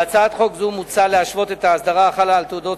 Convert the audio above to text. בהצעת חוק זו מוצע להשוות את ההסדרה החלה על תעודות